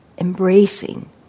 embracing